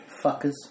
Fuckers